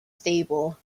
stable